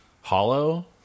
hollow